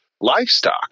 livestock